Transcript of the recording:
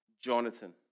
Jonathan